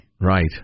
Right